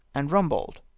and kumbold.